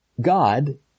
God